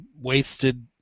wasted